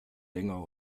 länger